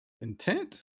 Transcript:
intent